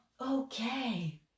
okay